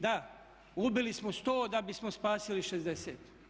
Da, ubili smo 100 da bismo spasili 60.